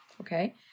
okay